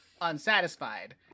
unsatisfied